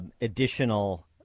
additional